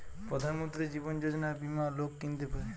প্রধান মন্ত্রী জীবন যোজনা বীমা লোক কিনতে পারে